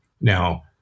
Now